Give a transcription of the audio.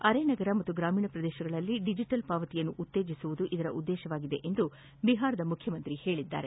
ಅರೆ ನಗರ ಮತ್ತು ಗ್ರಾಮೀಣ ಪ್ರದೇಶಗಳಲ್ಲಿ ಡಿಜಿಟಲ್ ಪಾವತಿಯನ್ನು ಉತ್ತೇಜಿಸುವುದು ಇದರ ಉದ್ದೇಶವಾಗಿದೆ ಎಂದು ಬಿಹಾರದ ಮುಖ್ಚಮಂತ್ರಿ ಹೇಳಿದ್ದಾರೆ